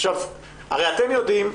הרי אתם יודעים,